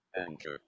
Anchor